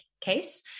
case